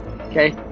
Okay